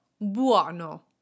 buono